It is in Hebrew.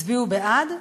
הצביעו בעד.